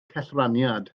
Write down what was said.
cellraniad